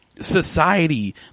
society